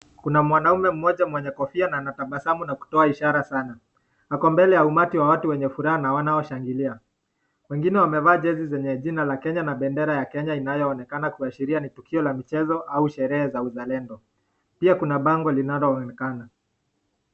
Kuna mwanaume mmoja mwenye kofia na anatabasamu na kutoa ishara sana. Ako mbele ya umati wa watu wenye furaha na wanaoshangilia. Wengine wamevaa jezi zenye jina la Kenya na bendera ya kenya inayoonekana kuashiria ni tukio la michezo au sherehe za uzalendo. Pia kuna bango linaloonekana.